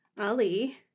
Ali